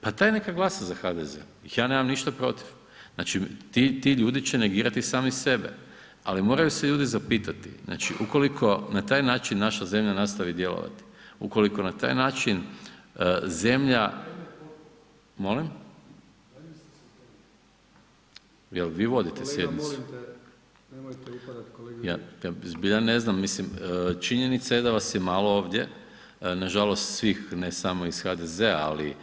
Pa taj neka glasa za HDZ, ja nemam ništa protiv, znači ti ljudi će negirati sami sebe ali moraju se ljudi zapitati, znači ukoliko na taj način naša zemlja nastavi djelovati, ukoliko na taj način zemlja …… [[Upadica sa strane, ne razumije se.]] Molim? … [[Upadica sa strane, ne razumije se.]] Jel vi vodite sjednicu? … [[Upadica Brkić, nije uključen.]] Ja zbilja ne znam, mislim činjenica je da vas je malo ovdje, nažalost svih ne samo iz HDZ-a ali